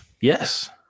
Yes